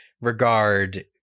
regard